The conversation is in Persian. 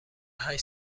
هشت